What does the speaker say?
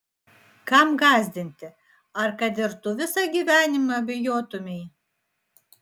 kam gąsdinti ar kad ir tu visą gyvenimą bijotumei